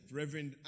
reverend